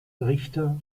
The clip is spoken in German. richter